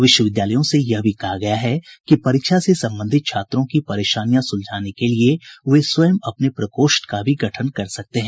विश्वविद्यालयों से यह भी कहा गया है कि परीक्षा से संबंधित छात्रों की परेशानियां सुलझाने के लिए वे स्वयं अपने प्रकोष्ठ का भी गठन कर सकते हैं